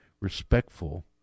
respectful